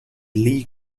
lee